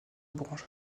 branches